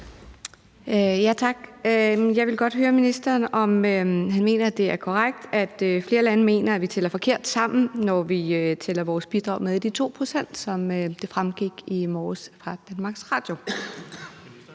Tak. Jeg vil godt høre ministeren, om han mener, det er korrekt, når flere lande mener, at vi tæller forkert sammen, når vi tæller vores bidrag med i de 2 pct., sådan som det fremgik i morges på DR.